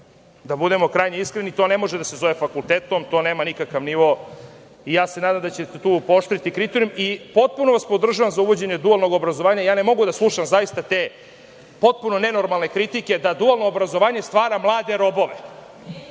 Da budemo krajnje iskreni, to ne može da se zove fakultetom, to nema nikakav nivo i nadam se da ćete tu pooštriti kriterijum. Potpuno vas podržavam za uvođenje dualnog obrazovanja. Ja ne mogu da slušam zaista te potpuno nenormalne kritike da dualno obrazovanje stvara mlade robove.